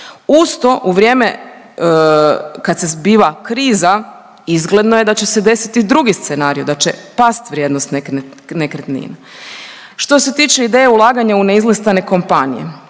Uz to u vrijeme kada se zbiva kriza izgledno je da će se desiti drugi scenarij da će past vrijednost nekretnina. Što se tiče ideje ulaganja u neizlistane kompanije